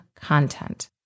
content